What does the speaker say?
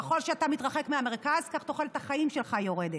ככל שאתה מתרחק מהמרכז, כך תוחלת החיים שלך יורדת.